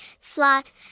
slot